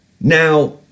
now